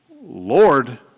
Lord